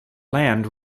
land